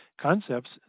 concepts